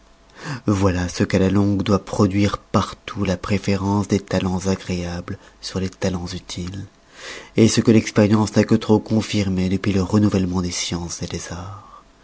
voilà ce qu'à la longue doit produire partout la préférence des talens agréables sur les talens utiles ce que l'expérience n'a que trop confirmé depuis le renouvellement des sciences des arts